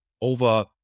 over